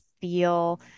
feel